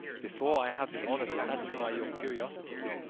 before i have the honour to satisfy your curiosity,